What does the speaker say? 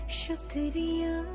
shukriya